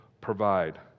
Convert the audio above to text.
provide